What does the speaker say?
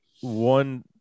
One